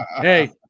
hey